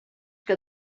que